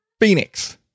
Phoenix